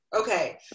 okay